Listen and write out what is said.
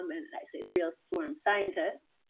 um and and i say the real storm scientists.